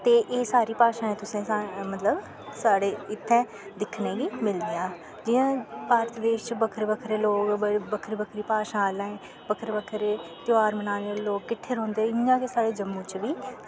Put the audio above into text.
ते एह् सारी भाशाएं तुसैं मतलव साढ़े इत्थें दिक्खने गी मिलदियां जियां भारत देश च बक्खरे बक्खरे लोग बक्खरी बक्खरी भाशा बक्खरे बक्खरे ध्यार बनाने आह्ले लोग किट्ठे रौंह्दे इ'यां गै साढ़े जम्मू चा बी